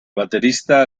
baterista